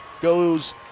goes